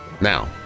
Now